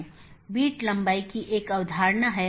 तो इस मामले में यह 14 की बात है